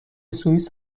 سوئیس